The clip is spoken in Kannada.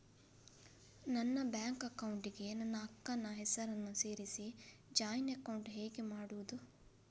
ನನ್ನ ಬ್ಯಾಂಕ್ ಅಕೌಂಟ್ ಗೆ ನನ್ನ ಅಕ್ಕ ನ ಹೆಸರನ್ನ ಸೇರಿಸಿ ಜಾಯಿನ್ ಅಕೌಂಟ್ ಹೇಗೆ ಮಾಡುದು?